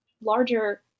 larger